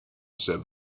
said